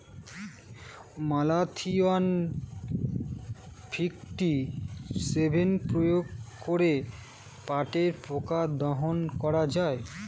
Malathion fifty seven প্রয়োগ করে পাটের পোকা দমন করা যায়?